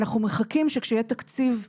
אנחנו מחכים כשיהיה תקציב מדינה,